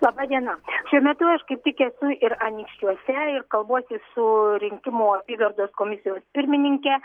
laba diena šiuo metu aš kaip tik esu ir anykščiuose ir kalbuosi su rinkimų apygardos komisijos pirmininke